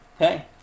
Okay